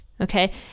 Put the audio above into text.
Okay